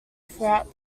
throughout